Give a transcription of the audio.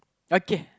okay